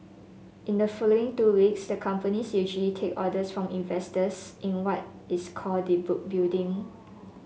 in the following two weeks the company take orders from investors in what is called the book building